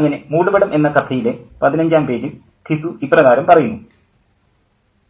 അങ്ങനെ മൂടുപടം എന്ന കഥയിലെ 15 ാം പേജിൽ ഘിസു ഇപ്രകാരം പറയുന്നു